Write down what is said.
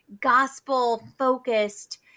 gospel-focused